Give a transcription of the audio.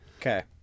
Okay